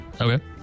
Okay